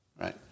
right